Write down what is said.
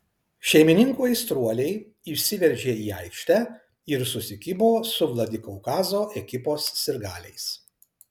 šeimininkų aistruoliai išsiveržė į aikštę ir susikibo su vladikaukazo ekipos sirgaliais